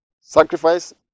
sacrifice